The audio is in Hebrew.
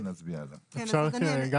אפשר גם